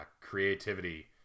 creativity